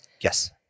Yes